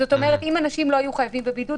--- זאת אומרת שאם אנשים לא חייבים בבידוד,